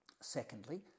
Secondly